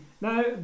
Now